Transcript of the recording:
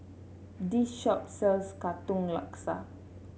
this shop sells Katong Laksa